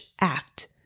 act